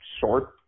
short